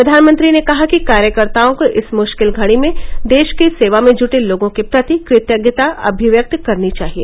प्रधानमंत्री ने कहा कि कार्यकर्ताओं को इस मुश्किल घड़ी में देश की सेवा में जुटे लोगों के प्रति कृतज्ञता अभिव्यक्त करनी चाहिए